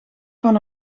van